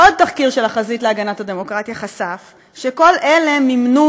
עוד תחקיר של החזית להגנת הדמוקרטיה חשף שכל אלה מימנו